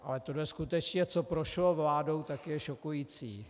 Ale tohle skutečně, co prošlo vládou, je šokující.